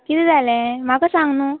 किदें जालें म्हाका सांग न्हू